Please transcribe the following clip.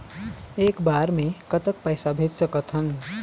एक बार मे कतक पैसा भेज सकत हन?